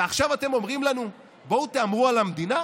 עכשיו אתם אומרים לנו: בואו תהמרו על המדינה,